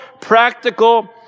practical